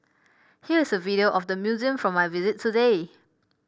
here is a video of the museum from my visit today